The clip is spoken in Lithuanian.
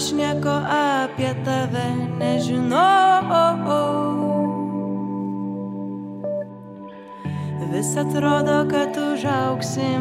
šneka apie tave nežinau vis atrodo kad užaugsim